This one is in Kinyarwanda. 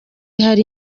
hari